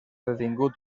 detingut